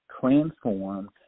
transformed